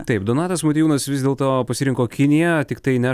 taip donatas motiejūnas vis dėlto pasirinko kiniją tiktai ne